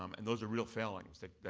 um and those are real failings that